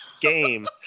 game